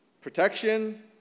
protection